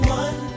one